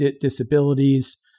disabilities